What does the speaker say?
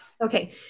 Okay